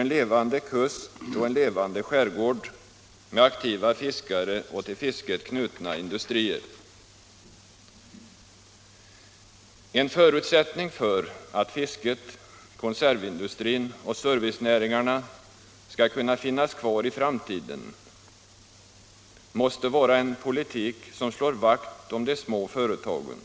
en levande kust och en levande skärgård med aktiva fiskare och till fisket knutna industrier. En förutsättning för att fisket, konservindustrin och servicenäringarna skall kunna finnas kvar i framtiden måste vara en politik som slår vakt om de små företagen.